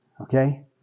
Okay